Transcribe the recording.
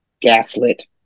gaslit